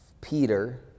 Peter